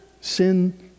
Sin